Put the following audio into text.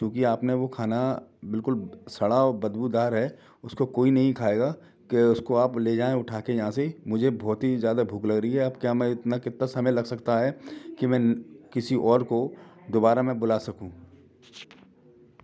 चूंकि आपने वो खाना बिल्कुल सड़ा और बदबूदार है उसको कोई नहीं खाएगा तो उसको आप ले जाएँ उठा के यहाँ से मुझे बहुत ही ज़्यादा भूख लग रही है आप क्या मैं इतना कितना समय लग सकता है कि मैं किसी और को दोबारा में बुला सकूँ